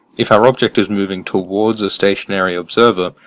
if our object is moving towards a stationary observer,